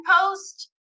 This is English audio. post